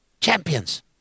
Champions